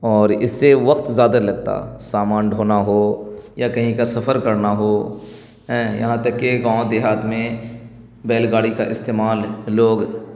اور اس سے وقت زیادہ لگتا سامان ڈھونا ہو یا کہیں کا سفر کرنا ہو ایں یہاں تک کہ گاؤں دیہات میں بیل گاڑی کا استعمال لوگ